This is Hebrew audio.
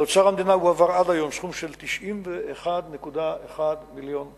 לאוצר המדינה הועבר עד היום סכום של 91.1 מיליון ש"ח.